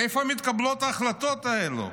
איפה מתקבלות ההחלטות האלה?